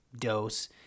dose